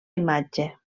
imatge